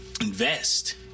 invest